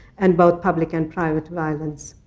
and both public and private violence.